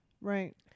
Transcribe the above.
right